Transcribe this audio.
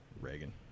Reagan